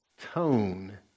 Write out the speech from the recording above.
tone